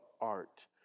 art